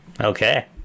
Okay